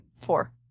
Four